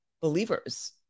believers